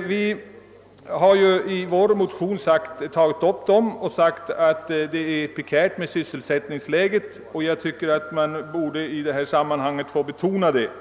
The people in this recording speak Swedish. Vi har i vår motion sagt att sysselsättningsläget ibland är prekärt.